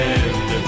end